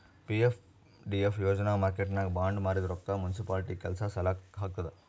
PFDF ಯೋಜನಾ ಮಾರ್ಕೆಟ್ನಾಗ್ bond ಮಾರಿದ್ ರೊಕ್ಕಾ ಮುನ್ಸಿಪಾಲಿಟಿ ಕೆಲ್ಸಾ ಸಲಾಕ್ ಹಾಕ್ತುದ್